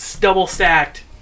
double-stacked